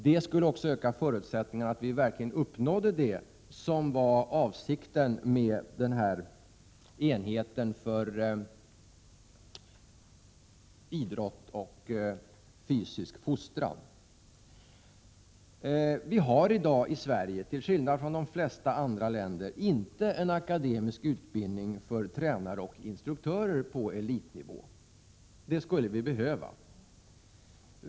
Det skulle också öka förutsättningen för att verkligen uppnå det som är avsikten med en enhet för idrott och fysisk fostran. Det finns i dag i Sverige — till skillnad från de flesta andra länder — inte någon akademisk utbildning för tränare och instruktörer på elitnivå, men det skulle behövas.